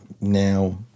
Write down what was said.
now